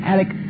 Alec